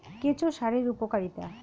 কেঁচো সারের উপকারিতা?